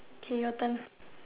okay your turn